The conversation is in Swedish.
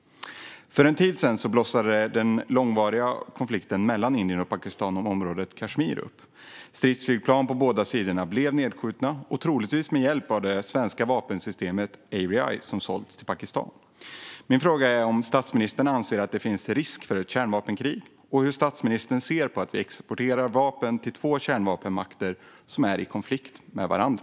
För en tid sedan blossade den långvariga konflikten mellan Indien och Pakistan om området Kashmir upp. Stridsflygplan på båda sidor blev nedskjutna, troligtvis med hjälp av det svenska vapensystemet Erieye, som sålts till Pakistan. Min fråga är om statsministern anser att det finns risk för ett kärnvapenkrig och hur statsministern ser på att vi exporterar vapen till två kärnvapenmakter som är i konflikt med varandra.